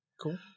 Cool